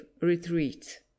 retreat